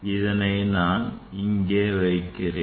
இதனை நான் இங்கே வைக்கிறேன்